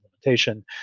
implementation